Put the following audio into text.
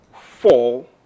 fall